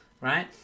right